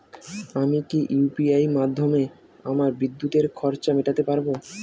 আমি কি ইউ.পি.আই মাধ্যমে আমার বিদ্যুতের খরচা মেটাতে পারব?